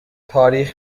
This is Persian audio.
تاریخ